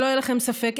שלא יהיה לכם ספק,